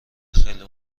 خیلی